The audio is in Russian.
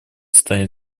станет